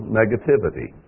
negativity